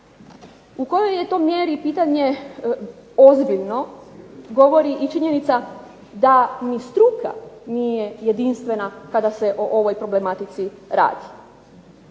U koliko je mjeri to pitanje ozbiljno, govori i činjenica da ni struka nije jedinstvena kada se o ovoj problematici radi,